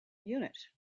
unit